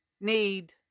need